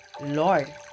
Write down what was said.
Lord